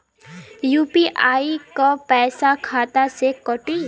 UPI क पैसा खाता से कटी?